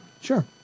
Sure